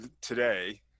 today